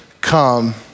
come